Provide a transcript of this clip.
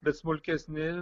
bet smulkesni